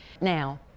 now